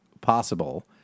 possible